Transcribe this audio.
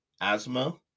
asthma